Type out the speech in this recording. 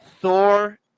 Thor